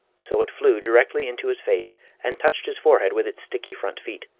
so it flew directly into his face and touched his forehead with its sticky front feet.